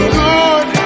good